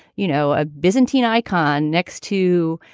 you know, a byzantium icon next to,